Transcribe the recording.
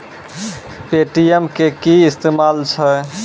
Paytm के कि इस्तेमाल छै?